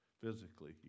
physically